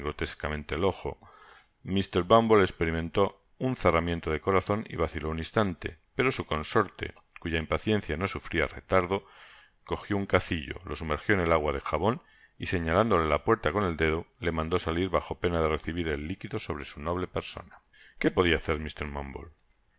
el ojo mr bumble esperimentó un cerramiento de corazon y vaciló un instante pero su consorte cuya impaciencia no sufria retardo cojió un cacillo lo sumerjió en el agua de jabon y señalándole la puerta con el dedo le mandó salir bajo pena de recibir el liquido sobre su noble persona qué podia hacer mr bumble